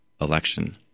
election